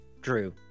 Drew